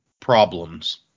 problems